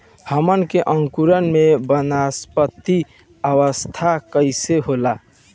हमन के अंकुरण में वानस्पतिक अवस्था कइसे होला?